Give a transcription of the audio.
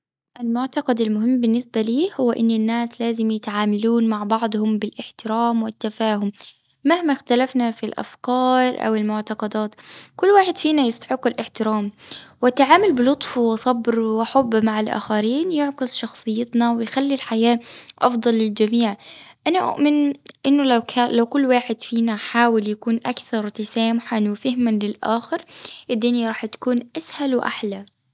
المعتقد المهم بالنسبة لي، هو أن الناس لازم يتعاملون مع بعضهم بالاحترام والتفاهم، مهما اختلفنا في الأفكار، أو المعتقدات. كل واحد فينا يستحق الاحترام. والتعامل بلطف، وصبر وحب مع الآخرين، يعكس شخصيتنا، ويخلي الحياة أفضل للجميع. أنا أؤمن أنه لو كا- كل واحد فينا، حاول يكون أكثر تسامحاً وفهماً للآخر، الدنيا راح تكون أسهل وأحلى.